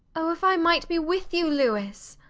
oh, if i might be with you, louis!